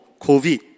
COVID